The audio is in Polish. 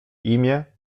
imię